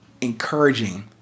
encouraging